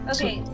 Okay